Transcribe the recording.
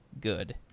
good